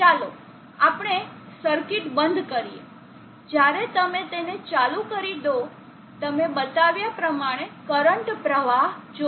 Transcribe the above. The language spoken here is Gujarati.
ચાલો આપણે સર્કિટ બંધ કરીએ જ્યારે તમે તેને ચાલુ કરી દો તમે બતાવ્યા પ્રમાણે કરંટ પ્રવાહ જોશો